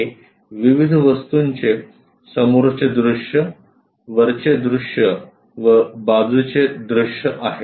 हे विविध वस्तूंचे समोरचे दृश्य वरचे दृश्य व बाजूचे दृश्य आहेत